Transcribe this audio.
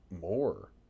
more